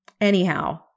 Anyhow